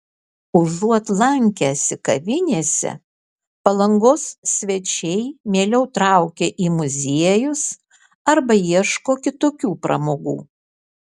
užuot lankęsi kavinėse palangos svečiai mieliau traukia į muziejus arba ieško kitokių pramogų